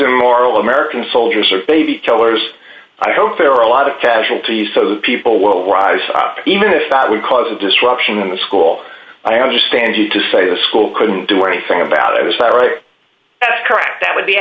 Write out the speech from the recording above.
immoral american soldiers are baby killers i hope there are a lot of casualties so that people will rise up even if that would cause a disruption in the school i understand you to say the school couldn't do anything about it was that right correct that w